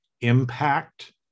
impact